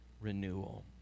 renewal